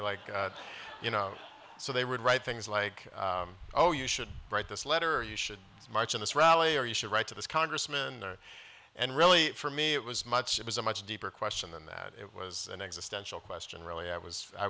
like you know so they would write things like oh you should write this letter you should march in this rally or you should write to this congressman there and really for me it was much it was a much deeper question than that it was an existential question really i was i